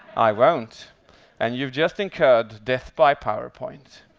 i won't and you've just incurred death by powerpoint.